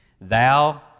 thou